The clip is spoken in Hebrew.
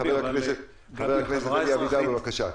חבר הכנסת אבידר, בבקשה.